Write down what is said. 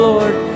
Lord